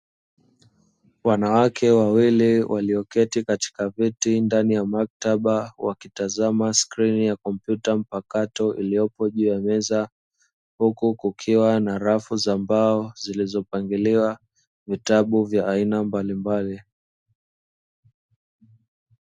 Wanawake wawili walioketi katika viti ndani ya maktaba. Wakitazama skrini ya kompyuta mpakato iliyopo juu ya meza. Huku kukiwa na rafu za mbao zilizopangiliwa vitabu vya aina mbalimbali.